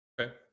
Okay